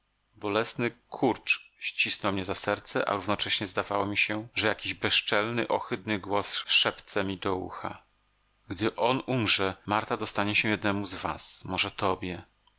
bolesny kurcz ścisnął mnie za serce a równocześnie zdawało mi się że jakiś bezczelny ohydny głos szepce mi do ucha gdy on umrze marta dostanie się jednemu z was może tobie